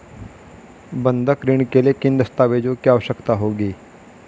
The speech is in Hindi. बंधक ऋण के लिए किन दस्तावेज़ों की आवश्यकता होगी?